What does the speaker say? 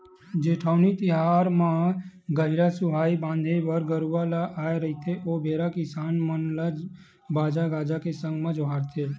जेठउनी तिहार म गहिरा सुहाई बांधे बर गरूवा ल आय रहिथे ओ बेरा किसान मन ल बाजा गाजा के संग जोहारथे